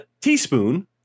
teaspoon